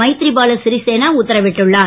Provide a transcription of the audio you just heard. மைத்ரிபால ஸ்ரீரிசேனா உத்தரவிட்டுள்ளார்